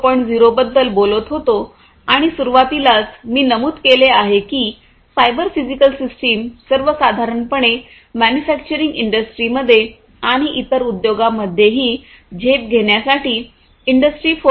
0 बद्दल बोलत होतो आणि सुरुवातीलाच मी नमूद केले आहे की सायबर फिजिकल सिस्टम सर्वसाधारणपणे मॅन्युफॅक्चरिंग इंडस्ट्रीमध्ये आणि इतर उद्योगांमध्येही झेप घेण्यासाठीइंडस्ट्री 4